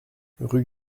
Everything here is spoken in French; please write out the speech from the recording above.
rue